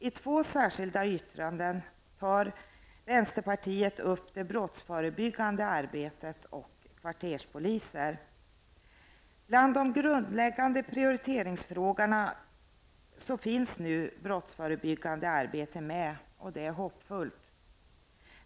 I två särskilda yttranden tar vänsterpartiet upp frågorna om det brottsförebyggande arbetet och om kvarterspoliser. Bland de grundläggande prioriteringsfrågorna finns nu brottsförebyggande arbete med; det är hoppfullt.